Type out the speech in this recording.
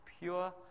pure